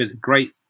great